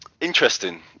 interesting